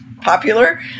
popular